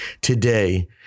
today